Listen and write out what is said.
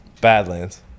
Badlands